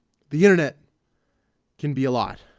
the internet can be a lot.